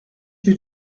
you